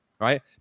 Right